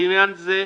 לעניין זה,